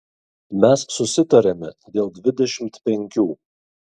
mes susitarėme dėl dvidešimt penkių